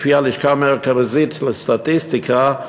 לפי הלשכה המרכזית לסטטיסטיקה,